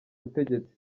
butegetsi